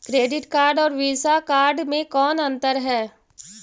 Credit card और Visa card मे कौन अन्तर है?